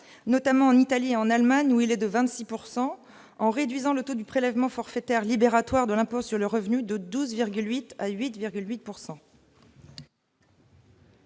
notamment en Italie et en Allemagne, où il est de 26 %, en réduisant le taux du prélèvement forfaitaire libératoire de l'impôt sur le revenu de 12,8 % à 8,8 %.